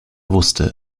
wusste